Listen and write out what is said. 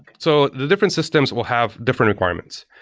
so the different systems will have different requirements.